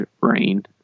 brain